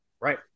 Right